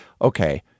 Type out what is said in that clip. okay